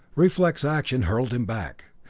reflex action hurled him back,